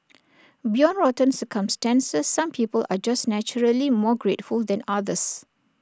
beyond rotten circumstances some people are just naturally more grateful than others